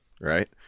Right